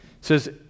says